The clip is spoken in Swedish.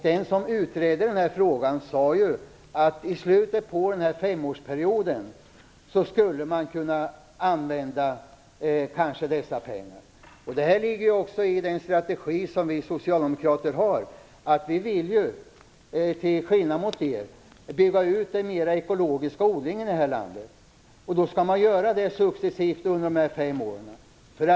Den som utredde den här frågan sade ju att man i slutet av den här femårsperioden skulle kunna använda dessa pengar. Det här ligger också i den strategi som vi socialdemokrater har. Vi vill till skillnad mot er bygga ut den ekologiska odlingen i det här landet. Då skall man göra det successivt under de här fem åren.